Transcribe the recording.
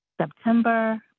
September